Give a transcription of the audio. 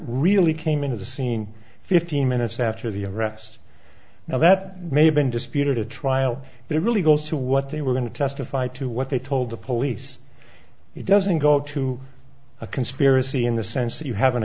really came into the scene fifteen minutes after the arrests now that may have been disputed a trial that really goes to what they were going to testify to what they told the police it doesn't go to a conspiracy in the sense that you have an